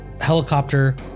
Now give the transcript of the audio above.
helicopter